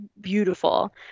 beautiful